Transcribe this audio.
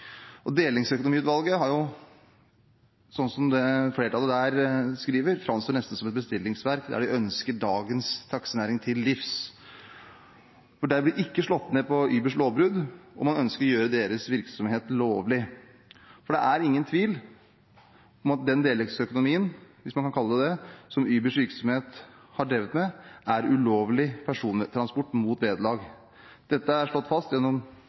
som flertallet der skriver – framstår nesten som et bestillingsverk der de ønsker dagens taxinæring til livs. Der blir det ikke slått ned på Ubers lovbrudd, og man ønsker å gjøre deres virksomhet lovlig. Det er ingen tvil om at den delingsøkonomien – hvis man kan kalle virksomheten som Uber har drevet med, for det – er ulovlig persontransport mot vederlag. Dette er slått fast gjennom